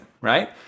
right